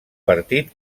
partit